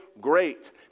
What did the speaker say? Great